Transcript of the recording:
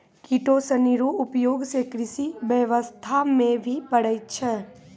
किटो सनी रो उपयोग से कृषि व्यबस्था मे भी पड़ै छै